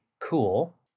cool